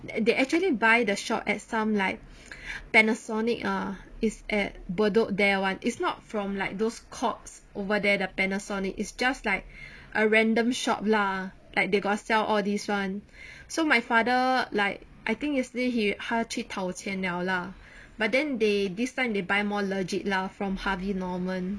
they they actually buy the shop at some like Panasonic ah is at bedok there one is not from like those Courts over there the Panasonic is just like a random shop lah like they got sell all this [one] so my father like I think yesterday he 他去讨钱了 lah but then they this time they buy more legit lah from Harvey Norman